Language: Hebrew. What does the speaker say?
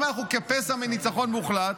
אם אנחנו כפסע מניצחון מוחלט,